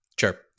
Sure